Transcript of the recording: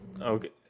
Okay